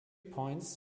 points